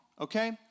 okay